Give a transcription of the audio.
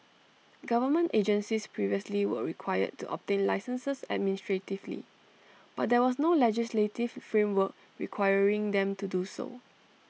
government agencies previously were required to obtain licences administratively but there was no legislative framework requiring them to do so